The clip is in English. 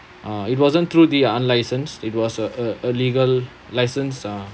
uh it wasn't through the unlicensed it was uh a a legal license uh